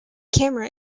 camera